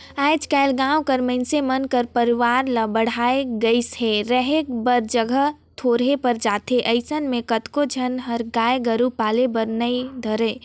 आयज कायल गाँव के मइनसे मन के परवार हर बायढ़ गईस हे, रहें बर जघा थोरहें पर जाथे अइसन म कतको झन ह गाय गोरु पाले बर नइ धरय